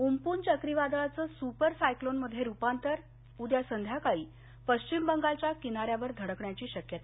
उम पून चक्रीवादळाचं सुपर सायक्लोनमध्ये रुपांतर उद्या संध्याकाळी पश्चिम बंगालच्या किनाऱ्यावर धडकण्याची शक्यता